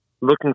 looking